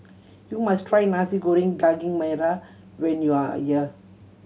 you must try Nasi Goreng Daging Merah when you are here